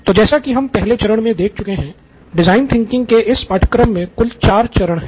तो जैसा कि हम पहले चरण में देख चुके हैं डिजाइन थिंकिंग के इस पाठ्यक्रम में कुल चार चरण हैं